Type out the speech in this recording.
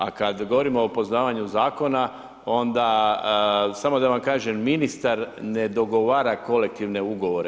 A kada govorimo o upoznavanju zakona onda samo da vam kažem, ministar ne dogovara kolektivne ugovore.